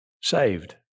saved